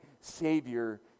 Savior